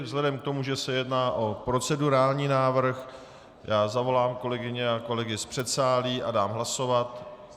Vzhledem k tomu, že se jedná o procedurální návrh, zavolám kolegyně a kolegy z předsálí a dám hlasovat.